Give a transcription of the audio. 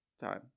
time